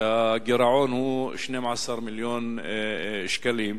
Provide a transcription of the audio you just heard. והגירעון הוא 12 מיליון שקלים.